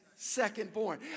secondborn